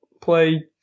play